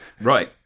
Right